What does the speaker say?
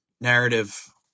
narrative